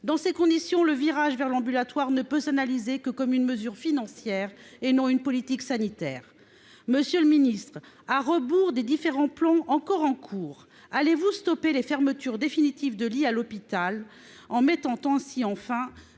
Dans ces conditions, le virage vers l'ambulatoire ne peut s'analyser que comme une mesure financière, et non comme une politique sanitaire. Monsieur le ministre, à rebours des différents plans encore en cours, cesserez-vous enfin les fermetures définitives de lits à l'hôpital ? Mettrez-vous fin